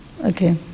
okay